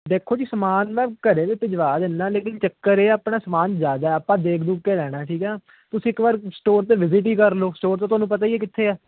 ਦੇਖੋ ਜੀ ਸਮਾਨ ਨਾ ਘਰੇ ਵੀ ਭਿਜਵਾ ਦਿੰਨਾ ਲੇਕਿਨ ਚੱਕਰ ਇਹ ਹੈ ਆਪਣਾ ਸਮਾਨ ਜ਼ਿਆਦਾ ਹੈ ਆਪਾਂ ਦੇਖ ਦੁੱਖ ਕੇ ਲੈਣਾ ਠੀਕ ਹੈ ਤੁਸੀਂ ਇੱਕ ਵਾਰ ਸਟੋਰ 'ਤੇ ਵਿਜ਼ਿਟ ਹੀ ਕਰ ਲਓ ਸਟੋਰ ਤਾਂ ਤੁਹਾਨੂੰ ਪਤਾ ਹੀ ਹੈ ਕਿੱਥੇ ਹੈ